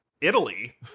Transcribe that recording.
Italy